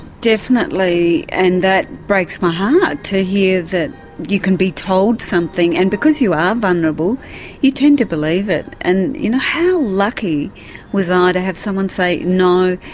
definitely, and that breaks my heart to hear that you can be told something and because you are vulnerable you tend to believe it. and you know how lucky was i ah to have someone say no,